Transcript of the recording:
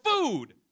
food